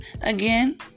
again